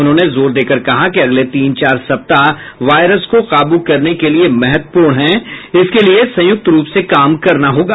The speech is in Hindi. उन्होंने जोर देकर कहा कि अगले तीन चार सप्ताह वायरस को काबू करने के लिए महत्वपूर्ण हैं इसके लिए संयुक्त रूप से काम करना होगा